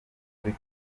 kuri